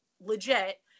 legit